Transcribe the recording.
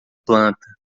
planta